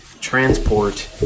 transport